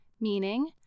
meaning